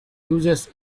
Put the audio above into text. uses